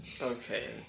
Okay